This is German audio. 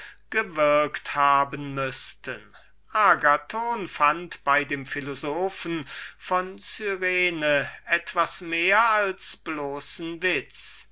gewürkt haben mußten agathon fand bei dem philosophen von cyrene etwas mehr als witz